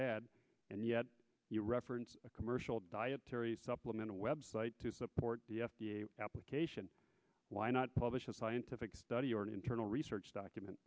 ad and yet you reference a commercial dietary supplement a website to support the f d a application why not publish a scientific study or an internal research document